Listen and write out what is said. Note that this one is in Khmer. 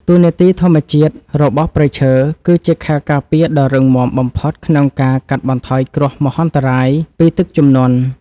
តួនាទីធម្មជាតិរបស់ព្រៃឈើគឺជាខែលការពារដ៏រឹងមាំបំផុតក្នុងការកាត់បន្ថយគ្រោះមហន្តរាយពីទឹកជំនន់។តួនាទីធម្មជាតិរបស់ព្រៃឈើគឺជាខែលការពារដ៏រឹងមាំបំផុតក្នុងការកាត់បន្ថយគ្រោះមហន្តរាយពីទឹកជំនន់។